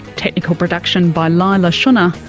technical production by leila shunnar,